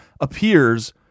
appears